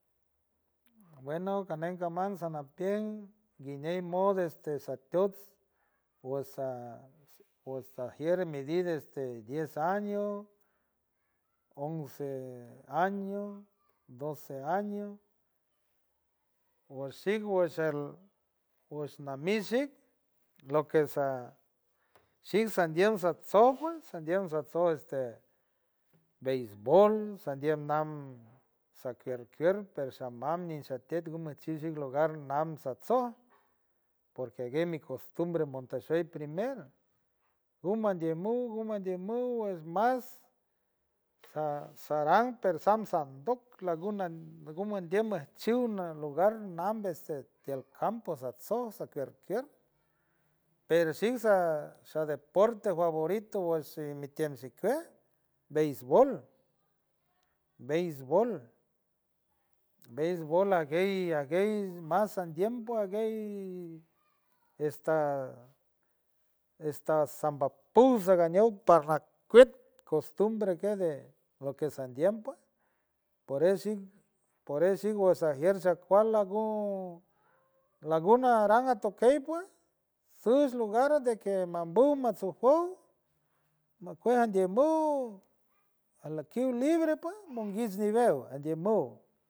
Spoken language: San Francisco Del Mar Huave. Bueno caney caman samapiens guiñe modo satiuts wosa, wosa jier medir este diez año once año doce año woshigue shel wosh nami shig lo que saa shig sandien satwen sandien satso este beisbol, sandien nam saquiaquier pero shamam ni shateed gum mat shit chic lugar mam satsoo por que guen mi costumbre monteshein primer uman mandiemuu huu mandiemou es más sa saran persan sandock laguna gniem shi lugar nam este teal campo sat sot saquierquier pero shi saa sa deporte favorito washi mitim shiquet beisbol, beisbol, beisbol laguey aguey más andiem guey esta esta sanbapu sangañey parra cuet costumbre que de lo que sandiem pue por eso shic, por eso shic sajier shacual agu laguna aran atoquei pue shus lugar de que mambu mamsofup macue andiemuu aloquiu libre niveo ndimuu.